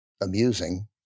amusing